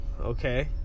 okay